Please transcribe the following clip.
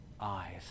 eyes